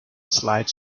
slide